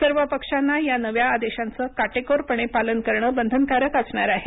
सर्व पक्षांना या नव्या आदेशांचं काटेकोरपणे पालन करणं बंधनकारक असणार आहे